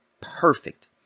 perfect